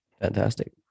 Fantastic